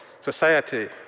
society